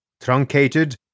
truncated